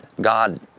God